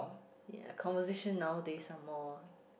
ye conversation nowadays are more